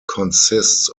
consists